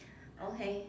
okay